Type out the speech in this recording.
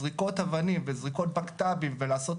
זריקות אבנים וזריקות בקת"בים ולעשות